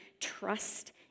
trust